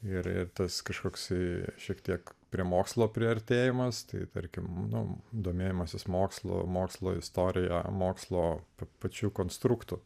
ir ir tas kažkoks sėdi šiek tiek prie mokslo priartėjimas tai tarkim mano domėjimasis mokslo mokslo istorija mokslo pačių konstruktų